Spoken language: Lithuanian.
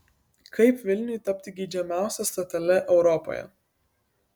kaip vilniui tapti geidžiamiausia stotele europoje